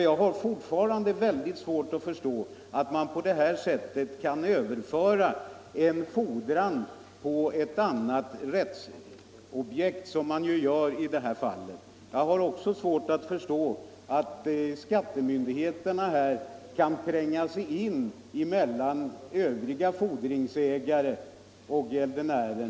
Jag har fortfarande väldigt svårt att förstå att man på det här sättet skall kunna överföra en fordran på ett annat rättsobjekt, vilket man ju gör i det här fallet. Jag har också svårt att förstå att skattemyndigheterna skall kunna tränga sig in mellan övriga fordringsägare och gäldenären.